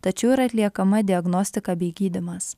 tačiau ir atliekama diagnostika bei gydymas